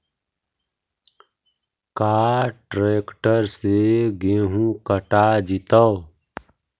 का ट्रैक्टर से गेहूं कटा जितै?